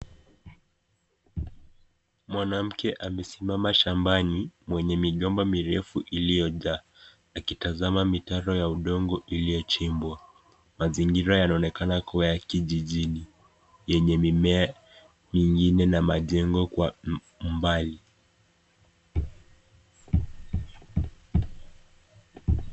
Mwanamke amesimama shambani mwenye migomba mirefu iliyojaa akitazama mitaro ya udogo iliyochimbwa mazingira inaonekana kuwa ya kijijini yenye mimia mingine na majengo kwa umbali .